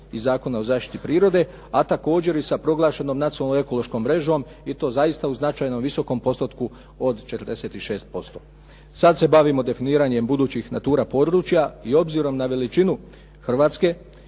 iz Zakona o zaštiti prirode, a također i sa proglašenom nacionalnom ekološkom mrežom i to zaista u značajnom visokom postotku od 46%. Sad se bavimo definiranjem budućih natura područja i obzirom na veličinu Hrvatske